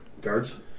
Guards